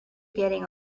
getting